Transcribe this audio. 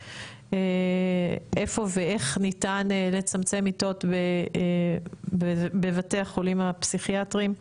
איפה ואיך ניתן לצמצם מיטות בבתי החולים הפסיכיאטריים?